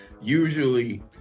usually